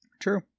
True